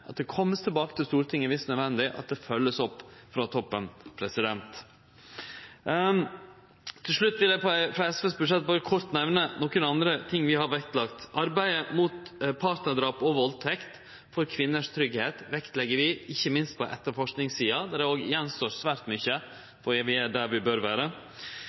nødvendig, og at det vert følgt opp frå toppen. Til slutt vil eg frå SV sitt budsjett berre kort nemne nokre andre ting vi har vektlagt: Arbeidet mot partnardrap og valdtekt – for tryggleiken til kvinner vektlegg vi, ikkje minst på etterforskingssida, der det står att svært mykje før vi er der vi bør vere.